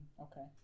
Okay